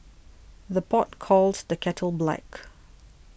the pot calls the kettle black